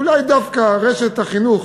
אולי דווקא רשת החינוך